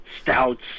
Stouts